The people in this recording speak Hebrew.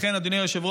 לכן, אדוני היושב-ראש,